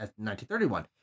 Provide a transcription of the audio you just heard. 1931